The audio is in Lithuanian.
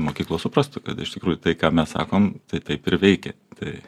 mokyklos suprastų kad iš tikrųjų tai ką mes sakom tai taip ir veikia tai